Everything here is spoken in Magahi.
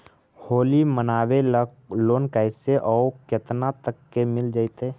होली मनाबे ल लोन कैसे औ केतना तक के मिल जैतै?